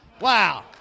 Wow